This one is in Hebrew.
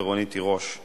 לימור לבנת ויורם